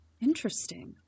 Interesting